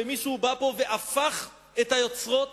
ומישהו בא פה והפך את היוצרות